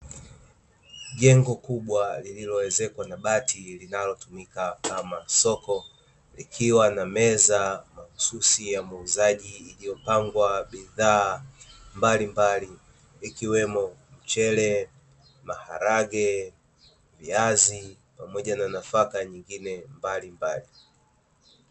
Jengo kubwa lililoezekwa na bati, linalotumika kama soko, likiwa na meza mahususi ya muuzaji iliyopangwa bidhaa mbalimbali, ikiwemo: mchele, maharage, viazi pamoja na nafaka nyingine mbalimbali.